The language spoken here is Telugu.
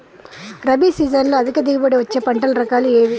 రబీ సీజన్లో అధిక దిగుబడి వచ్చే పంటల రకాలు ఏవి?